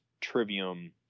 trivium